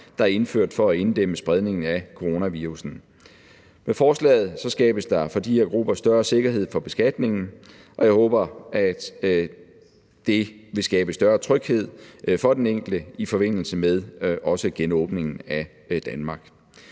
der er indført for at inddæmme spredningen af coronavirussen. Med forslaget skabes der for de her grupper større sikkerhed for beskatningen, og jeg håber, at det vil skabe større tryghed for den enkelte også i forbindelse med genåbningen af Danmark.